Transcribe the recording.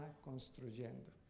construyendo